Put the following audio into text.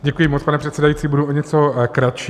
Děkuji moc, pane předsedající, budu o něco kratší.